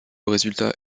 résultat